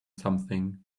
something